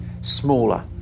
smaller